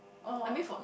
oh